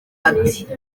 ati